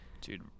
dude